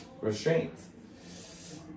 restraints